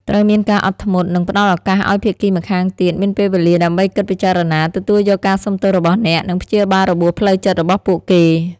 ត្រូវមានការអត់ធ្មត់ និងផ្តល់ឱកាសឱ្យភាគីម្ខាងទៀតមានពេលវេលាដើម្បីគិតពិចារណា ទទួលយកការសុំទោសរបស់អ្នក និងព្យាបាលរបួសផ្លូវចិត្តរបស់ពួកគេ។